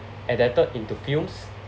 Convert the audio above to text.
adapted into fields